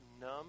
numb